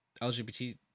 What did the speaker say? LGBT